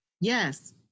Yes